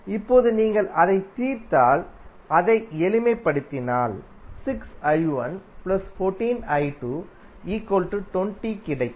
இப்போது நீங்கள் அதைத் தீர்த்தால் அதை எளிமைப்படுத்தினால் கிடைக்கும்